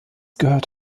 gehört